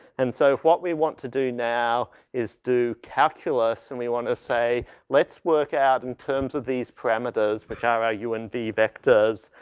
and so, what we want to do now, is do calculus and we wanna say let's work out in terms of these parameters which are, ah u and v vectors,